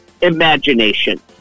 imagination